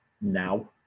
now